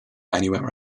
anywhere